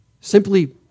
simply